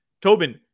Tobin